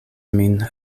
min